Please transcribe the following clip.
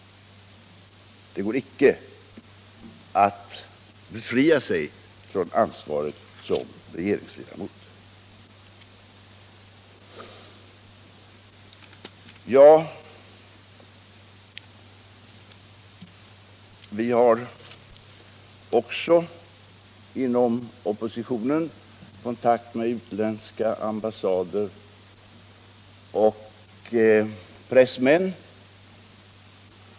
Det går icke att befria sig från ansvaret som regeringsledamot. Vi har inom oppositionen också kontakt med utländska ambassader och pressmän.